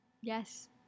Yes